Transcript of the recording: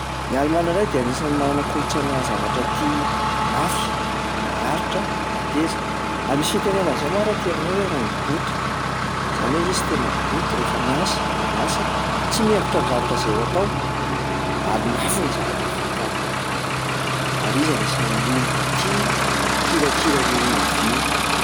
Ny Alemana indray dia anisan'ny manana kolontsaina zavatra tia mafy, maharitra, mateza, ary misy fitenenana zay moa ary aty aminay hoe "rainiboto". Zany hoe izy tena boto rehefa miasa de miasa, tsy miembotra am'zavatra izay ho atao ary mafy ny zavatra vita allemand. Ary izy anisan'ny olona tia mikirakira an'io ovy io.